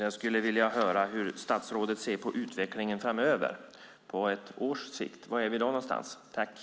Jag skulle vilja höra hur statsrådet ser på utvecklingen framöver, på ett års sikt. Var befinner vi oss då?